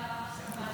ועדת הכנסת בדבר